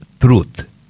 truth